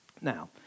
Now